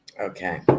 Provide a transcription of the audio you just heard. Okay